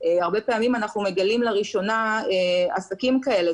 הרבה פעמים אנחנו מגלים לראשונה עסקים כאלה,